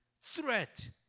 threat